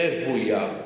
רוויה,